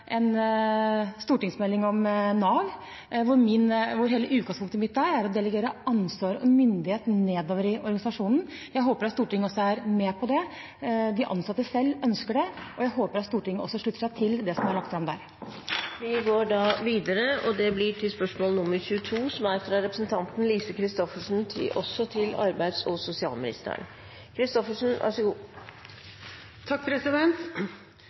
stortingsmelding om Nav, der hele utgangspunktet mitt er å delegere ansvar og myndighet nedover i organisasjonen. Jeg håper at Stortinget er med på det. De ansatte selv ønsker det, og jeg håper at Stortinget slutter seg til det som blir lagt fram der. Vi går tilbake til den ordinære rekkefølgen for spørsmålene. «I 2013 ble en ung litauer skadet etter få dagers underbetalt jobb i Norge og